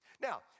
Now